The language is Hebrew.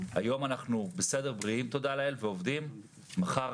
היום אנחנו בריאים תודה לאל ועובדים אבל מחר